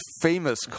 famous